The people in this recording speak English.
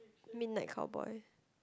midnight cowboy